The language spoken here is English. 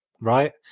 right